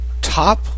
Top